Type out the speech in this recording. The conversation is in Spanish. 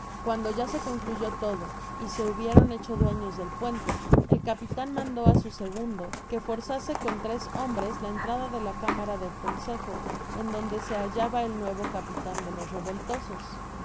cuando ya se concluyó todo y se hubieron hecho dueños del puente el capitan mandó á su segundo que forzase con tres hombres la entrada de la cámara del consejo en donde se hallaba el nuevo capitan de los revoltosos